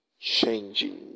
changing